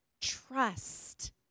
Trust